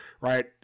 right